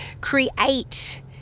Create